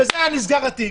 בזה היה נסגר התיק.